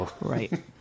Right